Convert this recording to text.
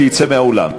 שיצא מהאולם.